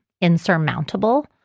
insurmountable